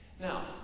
Now